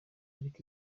ariko